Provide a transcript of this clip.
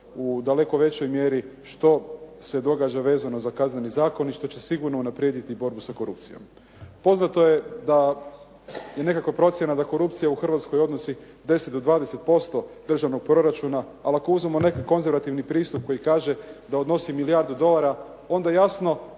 u daleko većoj mjeri što se događa vezano za Kazneni zakon i što će sigurno unaprijediti borbu sa korupcijom. Poznato je da nekako korupcija u Hrvatskoj odnosi 10 do 20% državnog proračuna, ali ako uzmemo neki konzervativni pristup i kaže da odnosi milijardu dolara, onda jasno